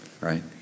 right